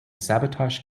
sabotage